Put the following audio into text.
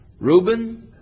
Reuben